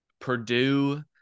Purdue